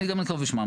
אני גם אנקוב בשמם,